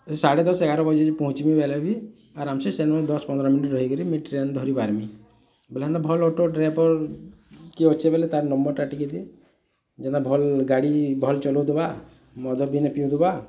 ସାଢ଼େ ଦଶ ଏଗାର ବଜେ ପହଞ୍ଚିମି ବୋଲେ ବି ଆରାମ୍ ସେ ସେନୁ ଦଶ ପନ୍ଦର୍ ମନିଟ୍ ରହିକରି ମିଡ୍ ଟ୍ରେନ୍ ଧରି ବାହାରିମି ବୋଲେ ହେନ୍ତା ଭଲ ଅଟୋ ଡ୍ରାଇଭର୍ କିଏ ଅଛେ ବୋଲେ ନମ୍ୱର୍ ଟିକେ ଦେ ଯେନ୍ତା ଭଲ୍ ଗାଡ଼ି ଭଲ୍ ଚଲଉଥିବା ମଦ ପିଇ ନାଇ ପିଉଥିବା